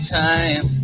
time